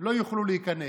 לא יוכלו להיכנס.